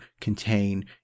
contain